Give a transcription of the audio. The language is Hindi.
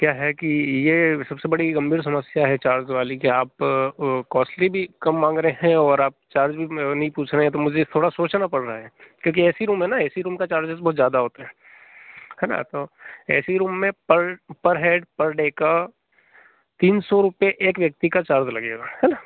क्या है कि यह सबसे बड़ी गंभीर समस्या है चार्ज वाली की आप कोस्टली भी कम मांग रहे हैं और आप चार्ज भी नहीं पूछ रहे हैं तो मुझे थोड़ा सोचना पढ़ रहा है क्योंकि ए सी रूम है ना ए सी रूम का चार्ज बहुत ज़्यादा होता है है ना तो एक रूम में पर हेड पर डे का तीन सौ रुपये एक व्यक्ति का चार्ज लगेगा है ना